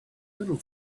little